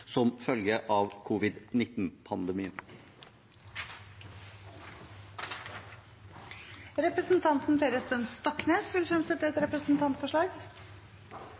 som følge av covid-19-pandemien. Representanten Per Espen Stoknes vil fremsette et representantforslag.